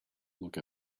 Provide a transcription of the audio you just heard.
look